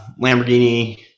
Lamborghini